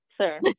sir